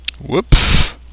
Whoops